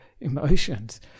emotions